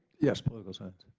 yes, political science.